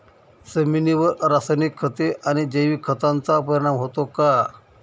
जमिनीवर रासायनिक खते आणि जैविक खतांचा परिणाम होतो का?